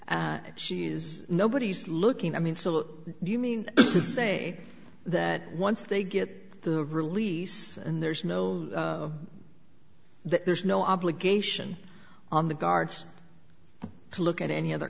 she is nobody's looking i mean so do you mean to say that once they get the release and there's no there's no obligation on the guards to look at any other